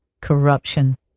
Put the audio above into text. corruption